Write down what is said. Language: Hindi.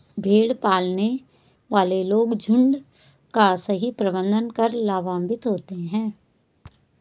भेड़ पालने वाले लोग झुंड का सही प्रबंधन कर लाभान्वित होते हैं